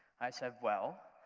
i said, well,